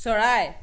চৰাই